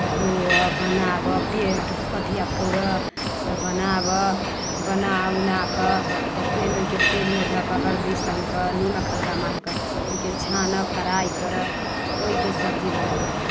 धोअ बनाबऽ पेट पथिया फोड़ऽ तऽ बनाबऽ बना उना कऽ तऽ फेर ओहिके तेलमे धऽ कऽ हरदि सानि कऽ निमक हल्का मारि कऽ ओहिके छानह फ्राइ करह तऽ ओहिके सब्जी बनाबह